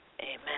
Amen